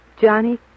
Johnny